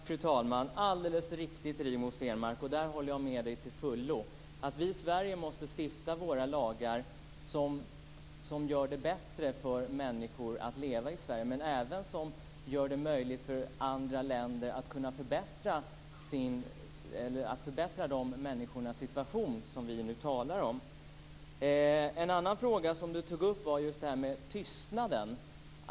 Fru talman! Alldeles riktigt. Jag håller till fullo med Rigmor Stenmark om detta. Vi i Sverige måste stifta lagar som gör det bättre för människor att leva i Sverige, men även för de människor från andra länder som vi nu talar om. En annan fråga som Rigmor Stenmark tog upp var tystnaden.